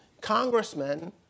congressmen